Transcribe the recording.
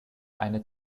eine